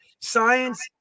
science